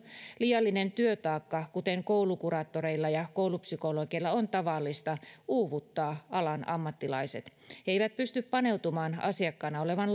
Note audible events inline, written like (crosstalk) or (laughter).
liiallinen työtaakka kuten koulukuraattoreilla ja koulupsykologeilla on tavallista uuvuttaa alan ammattilaiset he eivät pysty paneutumaan asiakkaana olevan (unintelligible)